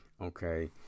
Okay